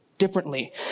Differently